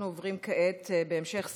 אנחנו עוברים כעת, בהמשך סדר-היום,